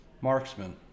marksman